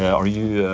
are you.